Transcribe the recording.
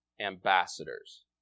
ambassadors